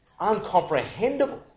uncomprehendable